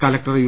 collector U